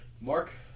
Mark